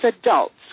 adults